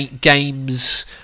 games